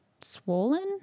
swollen